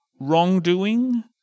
Wrongdoing